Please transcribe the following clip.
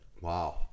Wow